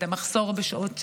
את המחסור בשעות שינה.